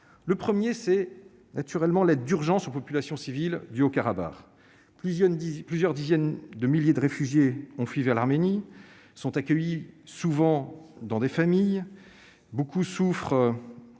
Le premier axe de travail est l'aide d'urgence aux populations civiles du Haut-Karabagh. Plusieurs dizaines de milliers de réfugiés ont fui vers l'Arménie et sont accueillis souvent dans des familles. Beaucoup souffrent